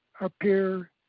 appear